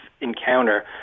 encounter